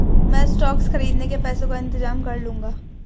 मैं स्टॉक्स खरीदने के पैसों का इंतजाम कर लूंगा